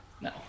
No